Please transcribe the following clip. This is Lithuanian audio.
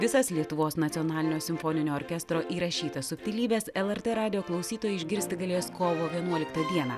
visas lietuvos nacionalinio simfoninio orkestro įrašytas subtilybes lrt radijo klausytojai išgirsti galės kovo vienuoliktą dieną